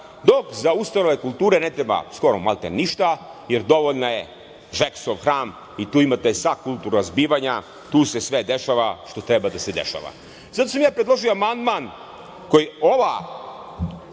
dok za ustanove kulture ne treba skoro ništa, jer dovoljan je „ Žeksov hram“ i tu imate sva kulturna zbivanja, tu se sve dešava što treba da se dešava. Zato sam ja predložio amandman koji ova